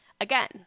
Again